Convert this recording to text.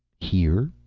here?